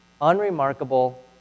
unremarkable